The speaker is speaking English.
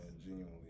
genuinely